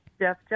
Jeff